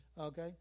okay